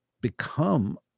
become